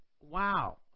wow